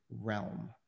realm